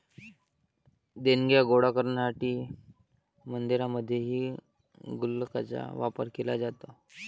देणग्या गोळा करण्यासाठी मंदिरांमध्येही गुल्लकांचा वापर केला जातो